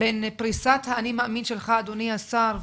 בין פרישת ה'אני מאמין' שלך אדוני השר,